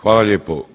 Hvala lijepo.